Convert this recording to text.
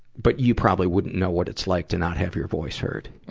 but you probably wouldn't know what it's like to not have your voice heard.